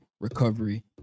recovery